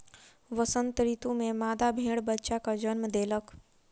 वसंत ऋतू में मादा भेड़ बच्चाक जन्म देलक